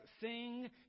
sing